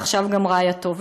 ועכשיו גם רעייתו.